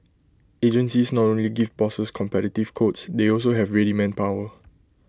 agencies not only give bosses competitive quotes they also have ready manpower